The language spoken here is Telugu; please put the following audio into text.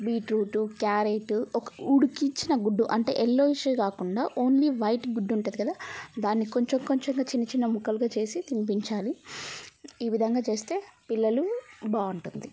బీట్రూట్ క్యారెట్ ఒక ఉడికించిన గుడ్డు అంటే ఎళ్లోయిష్ కాకుండా ఓన్లీ వైట్ గుడ్డు ఉంటుంది కదా దాన్ని కొంచెం కొంచెంగా చిన్న చిన్న ముక్కలుగా చేసి తినిపించాలి ఈ విధంగా చేస్తే పిల్లలు బాగుంటుంది